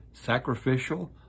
Sacrificial